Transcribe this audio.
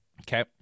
Okay